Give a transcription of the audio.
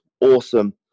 awesome